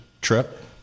Trip